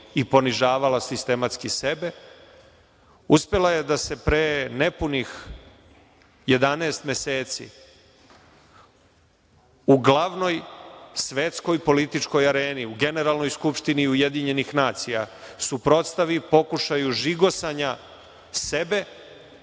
i ponižavala sistematski sebe, uspela je da se pre nepunih 11 meseci u glavnoj svetskoj političkoj areni, u Generalnoj skupštini UN, suprotstavi pokušaju žigosanja sebe